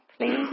please